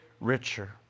richer